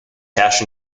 cash